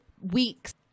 weeks